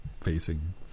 facing